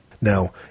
Now